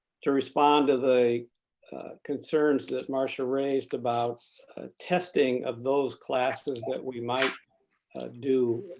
to respond to the concerns that marsha raised about testing of those classes that we might do